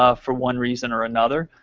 ah for one reason or another,